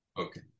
Okay